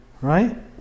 Right